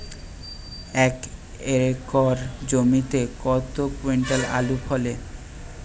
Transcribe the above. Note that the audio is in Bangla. এক একর জমিতে কত কুইন্টাল আলু ফলে?